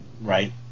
Right